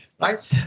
Right